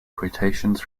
quotations